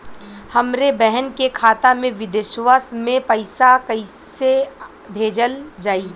हमरे बहन के खाता मे विदेशवा मे पैसा कई से भेजल जाई?